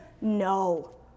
No